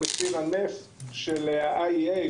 למחיר הנפט של IEA,